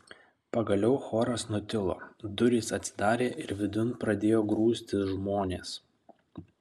pagaliau choras nutilo durys atsidarė ir vidun pradėjo grūstis žmonės